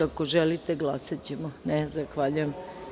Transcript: Ako želite, glasaćemo? (Ne) Zahvaljujem.